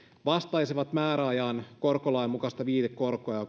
vastaisivat määräajan korkolain mukaista viitekorkoa